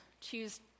choose